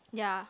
yeah